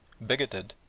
bigoted,